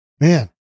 man